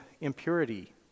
impurity